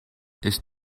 ist